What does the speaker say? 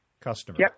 customer